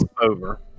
over